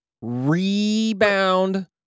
Rebound